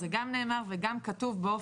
אז זהם גם נאמר וזה גם כתוב באופן מאוד ברור.